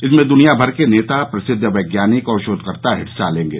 इसमें दुनियाभर के नेता प्रसिद्ध वैज्ञानिक और शोधकर्ता हिस्सा लेंगे